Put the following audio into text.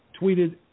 tweeted